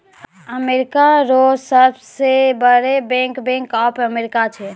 America रो सब से बड़ो बैंक बैंक ऑफ अमेरिका छैकै